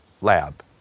lab